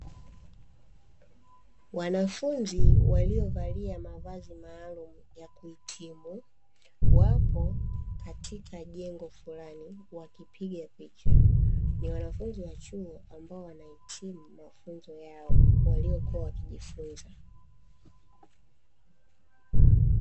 Wanafunzi waliovalia mavazi maalumu ya kuhitimu, wapo katika jengo fulani wakipiga picha. Ni wanafunzi wa chuo ambao wanahitimu mafunzo yao waliokuwa wakijifunza.